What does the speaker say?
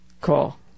Cool